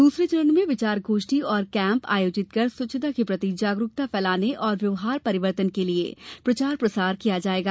दूसरे चरण में विचार गोष्ठी और कैंप आयोजित कर स्वच्छता के प्रति जागरूकता फैलाने और व्यवहार परिवर्तन के लिये प्रचार प्रसार किया जायेगा